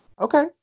Okay